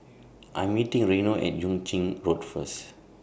I Am meeting Reino At Yuan Ching Road First